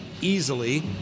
easily